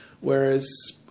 whereas